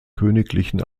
königlichen